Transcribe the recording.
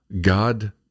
God